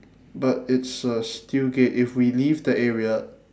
but it's a steel gate if we leave the area